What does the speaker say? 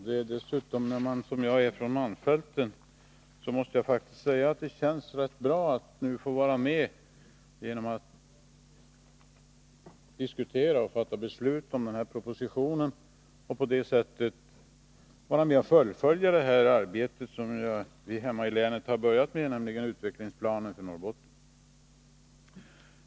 När man dessutom som jag kommer från malmfälten känns det ganska bra att nu få vara med och diskutera och fatta beslut om den här propositionen, och på det sättet vara med och fullfölja det arbete som vi hemma i länet börjat med, nämligen utvecklingsplanen för Norrbotten.